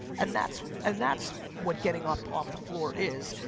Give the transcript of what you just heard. and that's and that's what getting up off the floor is.